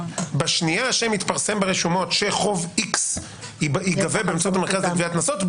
בשנייה שהשם יתפרסם ברשומות שחוב X ייגבה באמצעות המרכז לגביית קנסות,